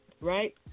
right